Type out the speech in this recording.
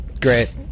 Great